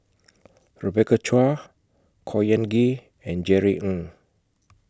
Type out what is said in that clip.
Rebecca Chua Khor Ean Ghee and Jerry Ng